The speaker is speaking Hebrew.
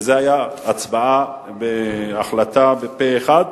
זאת היתה החלטה פה-אחד.